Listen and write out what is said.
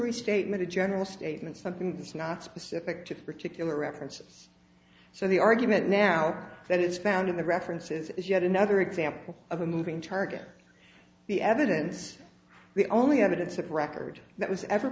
restatement a general statement something that is not specific to particular references so the argument now that it's found in the references is yet another example of a moving target the evidence the only evidence of record that was ever